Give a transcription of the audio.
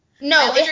No